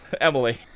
Emily